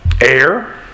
air